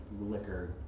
liquor